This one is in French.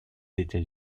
états